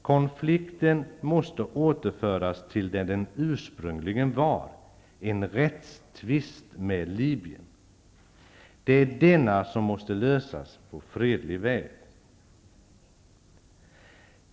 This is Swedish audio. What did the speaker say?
Konflikten måste återföras till det den ursprungligen var, nämligen en rättstvist med Libyen. Det är denna som måste lösas på fredlig väg.